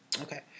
Okay